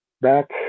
back